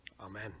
Amen